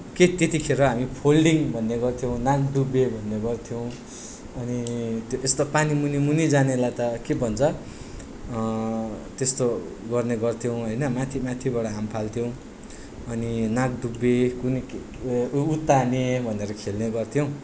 के तेतिखेर हामी फोल्डिङ भन्ने गर्थ्यौँ नाकडुबे भन्ने गर्थ्यौँ अनि त्यो यस्तो पानी मुनि मुनि जानेलाई त के पो भन्छ त्यस्तो गर्ने गर्थ्यौँ हैन माथि माथिबाट हाम फाल्थ्यौँ अनि नाकडुबे कुनि के के उत्ताने भनेर खेल्ने गर्थ्यौँ